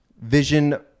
vision